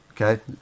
okay